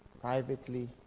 privately